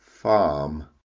Farm